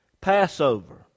Passover